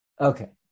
Okay